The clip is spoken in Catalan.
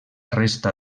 resta